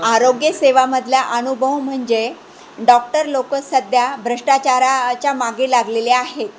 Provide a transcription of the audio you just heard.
आरोग्यसेवेमधला अनुभव म्हणजे डॉक्टर लोकं सध्या भ्रष्टाचाराच्या मागे लागलेले आहेत